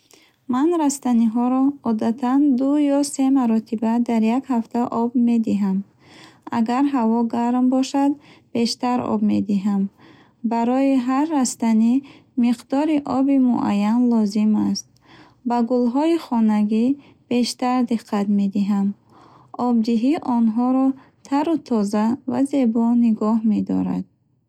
Ман растаниҳоро одатан ду ё се маротиба дар як ҳафта об медиҳам. Агар ҳаво гарм бошад, бештар об медиҳам. Барои ҳар растанӣ миқдори оби муайян лозим аст. Ба гулҳои хонагӣ бештар диққат медиҳам. Обдиҳӣ онҳоро тару тоза ва зебо нигоҳ медорад.